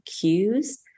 cues